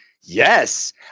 yes